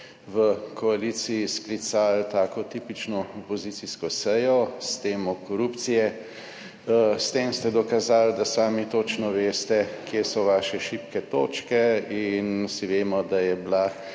v koaliciji sklicali tako tipično opozicijsko sejo s temo korupcije. S tem ste dokazali, da sami točno veste kje so vaše šibke točke in vsi vemo, da je bila